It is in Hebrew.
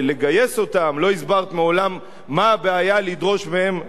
לא הסברת מעולם מה הבעיה לדרוש מהם שירות,